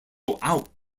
out